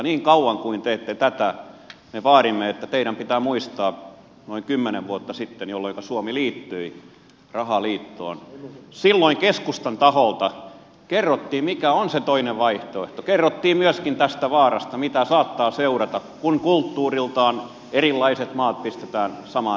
niin kauan kuin teette tätä me vaadimme että teidän pitää muistaa että noin kymmenen vuotta sitten jolloinka suomi liittyi rahaliittoon keskustan taholta kerrottiin mikä on se toinen vaihtoehto kerrottiin myöskin tästä vaarasta mitä saattaa seurata kun kulttuuriltaan erilaiset maat pistetään samaan rahaliittoon